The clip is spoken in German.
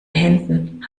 händen